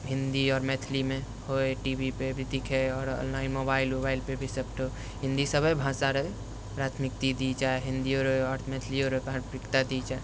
हिन्दी आओर मैथिलीमे होइ टी वी पे भी दिखै आओर ऑनलाइन मोबाइल उबाइल पे भी सब हिन्दी सबै भाषा रहै प्राथमिकती देल जाइ हिन्दी अरु मैथिली अरु प्राथमिकता देल जाइ